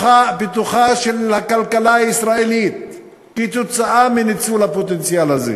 לפיתוחה של הכלכלה הישראלית כתוצאה מניצול הפוטנציאל הזה,